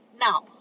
Now